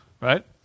right